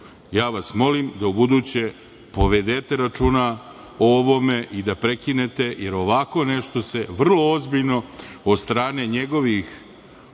vas molim da ubuduće povedete računa o ovome i da prekinete, jer ovako nešto se vrlo ozbiljno od strane njegovih